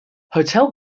hotel